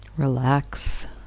Relax